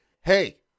Hey